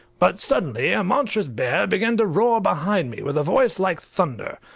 but suddenly a monstrous bear began to roar behind me, with a voice like thunder.